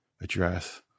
address